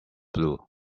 blue